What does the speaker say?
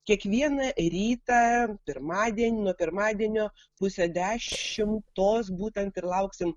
kiekvieną rytą pirmadienį nuo pirmadienio pusę dešimtos būtent ir lauksim